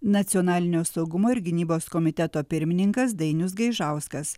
nacionalinio saugumo ir gynybos komiteto pirmininkas dainius gaižauskas